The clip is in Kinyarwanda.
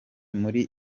muri